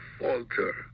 falter